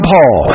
Paul